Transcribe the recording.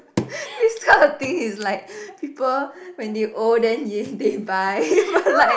this kind of thing is like people when they old then they they buy but like